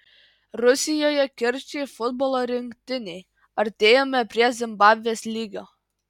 rusijoje kirčiai futbolo rinktinei artėjame prie zimbabvės lygio